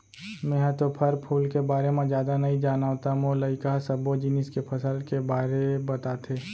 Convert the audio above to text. मेंहा तो फर फूल के बारे म जादा नइ जानव त मोर लइका ह सब्बो जिनिस के फसल के बारे बताथे